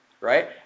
right